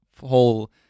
whole